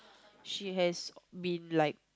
she has been like